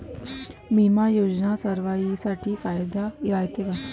बिमा योजना सर्वाईसाठी फायद्याचं रायते का?